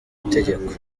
itegeko